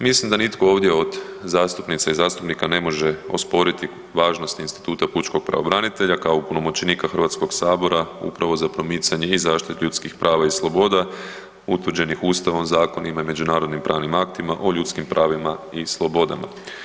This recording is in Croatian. Mislim da nitko ovdje od zastupnica i zastupnika ne može osporiti važnost instituta pučkog pravobranitelja kao opunomoćenika Hrvatskog sabora upravo za promicanje i zaštitu ljudskih prava i sloboda utvrđenih ustavom, zakonima i međunarodnim pravnim aktima o ljudskim pravima i slobodama.